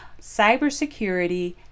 cybersecurity